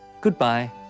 Goodbye